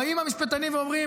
--- באים המשפטנים ואומרים,